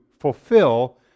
fulfill